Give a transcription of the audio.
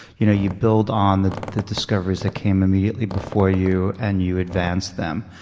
you know, you build on the the discoveries that came immediately before you, and you advance them.